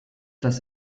das